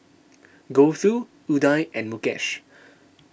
Gouthu Udai and Mukesh